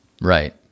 Right